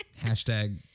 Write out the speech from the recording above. Hashtag